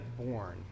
born